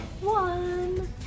One